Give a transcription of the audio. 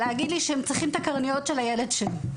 להגיד לי שהם צריכים את הקרניות של הילד שלי.